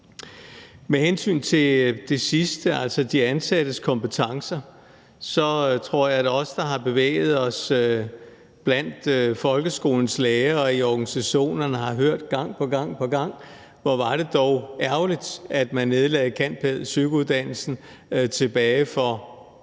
Med hensyn til det sidste, altså de ansattes kompetencer, tror jeg, at os, der har bevæget os blandt folkeskolens lærere og i organisationerne gang på gang har hørt: Hvor var det dog ærgerligt, at man nedlagde cand.pæd.psych.-uddannelsen for